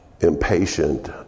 impatient